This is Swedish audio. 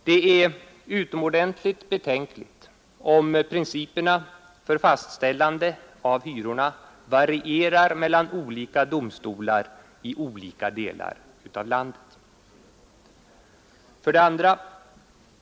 Det är utomordentligt betänkligt om principerna för fastställandet av hyrorna varierar mellan olika domstolar i olika delar av landet. 2.